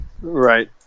right